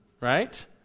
right